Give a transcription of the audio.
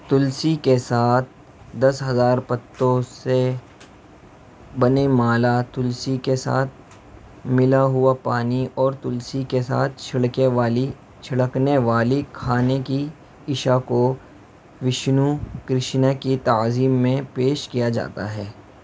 تلسی کے ساتھ دس ہزار پتوں سے بنے مالا تلسی کے ساتھ ملا ہوا پانی اور تلسی کے ساتھ چھڑکے والی چھڑکنے والی کھانے کی اشیا کو وشنو کرشن کی تعظیم میں پیش کیا جاتا ہے